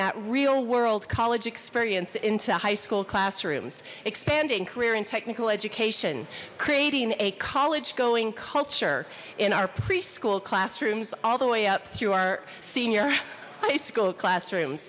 that real world college experience into high school classrooms expanding career and technical education creating a college going culture in our preschool classrooms all the way up through our senior high school classrooms